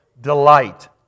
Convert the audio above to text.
delight